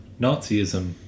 Nazism